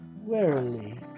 warily